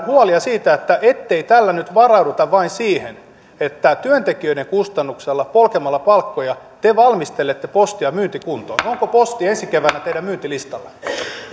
huolia siitä ettei tällä nyt varauduta vain siihen että työntekijöiden kustannuksella polkemalla palkkoja te valmistelette postia myyntikuntoon onko posti ensi keväänä teidän myyntilistallanne